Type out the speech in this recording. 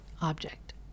object